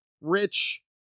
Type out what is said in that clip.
rich